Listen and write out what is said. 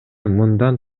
мындан